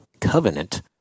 Covenant